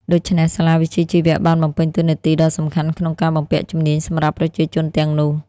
ដូច្នេះ សាលាវិជ្ជាជីវៈបានបំពេញតួនាទីដ៏សំខាន់ក្នុងការបំពាក់ជំនាញសម្រាប់ប្រជាជនទាំងនោះ។